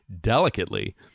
delicately